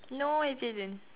no I didn't